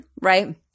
right